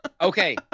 Okay